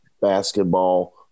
basketball